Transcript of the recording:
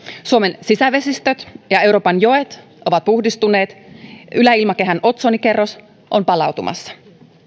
suomen sisävesistöt ja euroopan joet ovat puhdistuneet yläilmakehän otsonikerros on palautumassa